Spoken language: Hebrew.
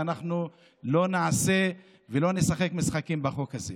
ואנחנו לא נעשה ולא נשחק משחקים בחוק הזה,